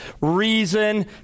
reason